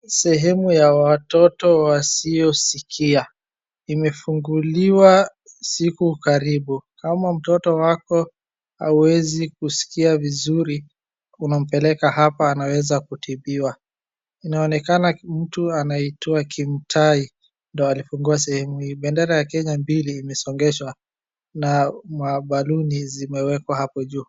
Sehemu ya watoto wasio sikia imefunguliwa siku karibu kama mtoto wako au hawezi kuskia vizuri unampeleka hapa anaweza kutibiwa. Inanekana mtu anaitwa Kimtai ndio alifungua sehemu hii. Bendera ya kenya mbili imesongeshwa na mabaluni zimewekwa hapo juu.